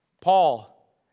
Paul